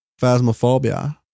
Phasmophobia